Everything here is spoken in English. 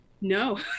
No